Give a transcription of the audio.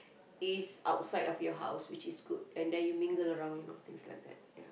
is outside of you house which is good and then you mingle around you know things like that